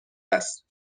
است